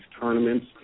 tournaments